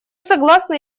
согласны